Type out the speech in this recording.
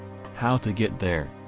how to get there.